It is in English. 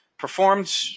Performed